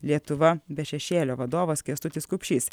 lietuva be šešėlio vadovas kęstutis kupšys